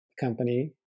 company